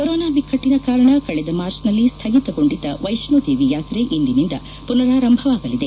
corona ಬಿಕ್ಕಟ್ಟನ ಕಾರಣ ಕಳೆದ ಮಾರ್ಚ್ ನಲ್ಲಿ ಸ್ವಗಿತಗೊಂಡಿದ್ದ ವೈಷ್ಣೋದೇವಿ ಯಾತ್ರೆ ಇಂದಿನಿಂದ ಪುನರಾರಂಭವಾಗಲಿದೆ